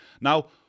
Now